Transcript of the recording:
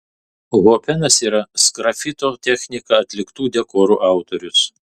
hopenas yra sgrafito technika atliktų dekorų autorius